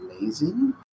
amazing